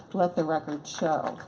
let the record show.